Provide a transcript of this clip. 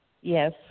Yes